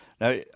now